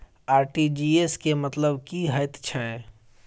RTGS केँ मतलब की हएत छै?